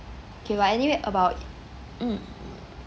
okay but anyway about mm